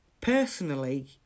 personally